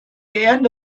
end